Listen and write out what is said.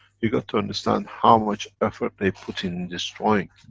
you got to understand how much effort they put in, in destroying.